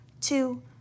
two